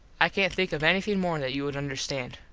i cant think of anything more that you would understand.